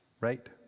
right